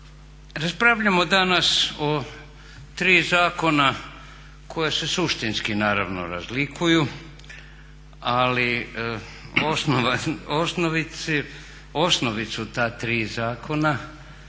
Raspravljamo danas o tri zakona koja se suštinski naravno razlikuju, ali osnovicu ta tri zakona